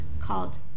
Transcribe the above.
called